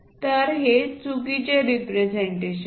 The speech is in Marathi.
तर हे चुकीचे रिप्रेझेंटेशन आहे